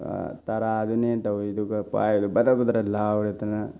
ꯇꯔꯥꯗꯨꯅꯦꯅ ꯇꯧꯔꯤꯗꯨꯒ ꯄꯥꯏꯕꯗ ꯕꯗ꯭ꯔꯠ ꯕꯗ꯭ꯔꯠ ꯂꯥꯎꯔꯗꯅ